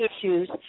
issues